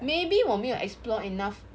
maybe 我没有 explore enough